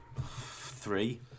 Three